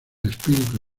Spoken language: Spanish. espíritu